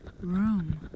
room